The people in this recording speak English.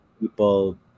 people